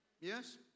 Yes